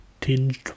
tinged